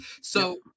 So-